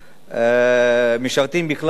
שמשרתים בכלל,